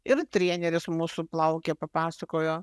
ir treneris musų plaukė papasakojo